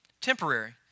Temporary